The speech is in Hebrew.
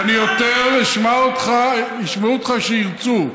ואני יותר, ישמעו אותך כשירצו.